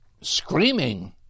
screaming